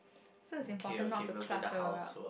so it's important not to clutter around